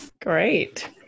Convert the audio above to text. great